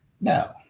No